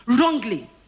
wrongly